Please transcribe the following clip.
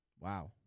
wow